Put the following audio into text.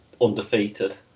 undefeated